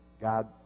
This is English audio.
God